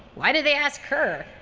why did they ask her?